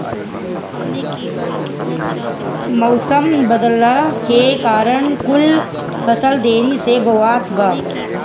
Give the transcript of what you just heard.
मउसम बदलला के कारण कुल फसल देरी से बोवात बा